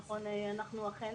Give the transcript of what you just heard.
נכון, אנחנו אכן